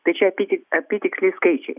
tai čia apytik apytiksliai skaičiai